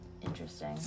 Interesting